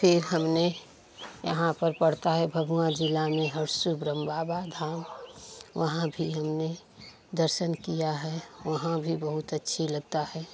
फिर हमने यहाँ पर पड़ता है भगवा जिला में हरसू ब्रह्म बाबा धाम वहाँ भी हमने दर्शन किया है वहाँ भी बहुत अच्छी लगता है